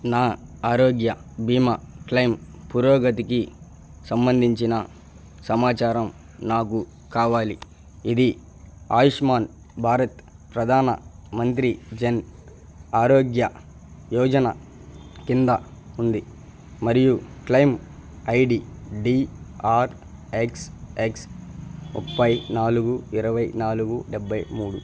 నా ఆరోగ్య బీమా క్లెయిమ్ పురోగతికి సంబంధించిన సమాచారం నాకు కావాలి ఇది ఆయుష్మాన్ భారత్ ప్రధాన మంత్రి జన్ ఆరోగ్య యోజన కింద ఉంది మరియు claim ID D R X X ముప్పై నాలుగు ఇరవై నాలుగు డెబ్బై మూడు